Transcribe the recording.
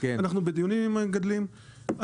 אנחנו בדיונים עם המגדלים,